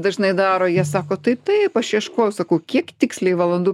dažnai daro jie sako tai taip aš ieškojau sakau kiek tiksliai valandų